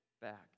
back